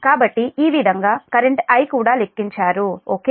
కాబట్టి ఈ విధంగా కరెంట్ I కూడా లెక్కించారు ఓకే